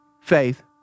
Faith